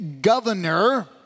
governor